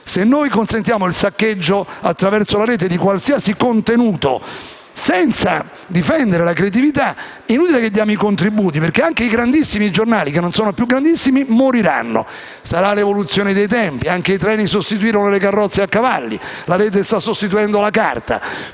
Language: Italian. Se consentiamo il saccheggio, attraverso la rete, di qualsiasi contenuto, senza difendere la creatività, è inutile che diamo i contributi perché anche i grandissimi giornali, che non sono più grandissimi, moriranno. Sarà l'evoluzione dei tempi: anche i treni sostituirono le carrozze a cavalli e la rete sta sostituendo la carta.